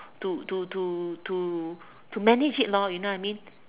to to to to to manage it lor you know what I mean